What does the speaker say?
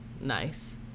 nice